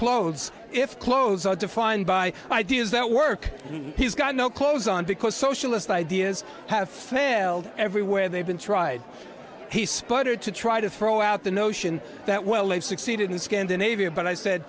clothes if clothes are defined by ideas that work he's got no clothes on because socialist ideas have failed everywhere they've been tried he spotted to try to throw out the notion that well they've succeeded in scandinavia but i said